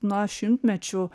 na šimtmečių